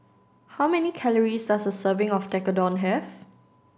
how many calories does a serving of Tekkadon have